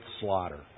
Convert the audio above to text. slaughter